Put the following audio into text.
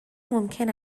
ممکن